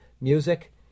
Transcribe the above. music